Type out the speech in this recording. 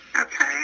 Okay